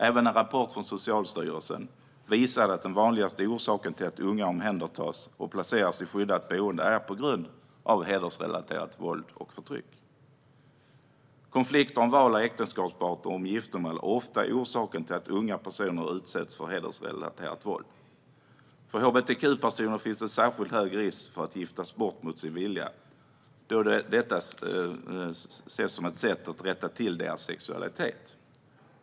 Även en rapport från Socialstyrelsen visar att den vanligaste orsaken till att unga omhändertas och placeras i skyddat boende är hedersrelaterat våld och förtryck. Konflikter om val av äktenskapspartner och om giftermål är ofta orsaken till att unga personer utsätts för hedersrelaterat våld. För hbtq-personer finns det en särskilt hög risk för att giftas bort mot sin vilja eftersom detta ses som ett sätt att "rätta till" deras sexualitet.